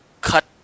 cut